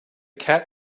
cat